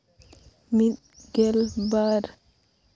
ᱢᱤᱫ ᱜᱮᱞ ᱵᱟᱨ